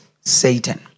Satan